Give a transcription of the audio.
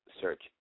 search